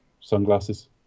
Sunglasses